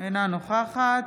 אינה נוכחת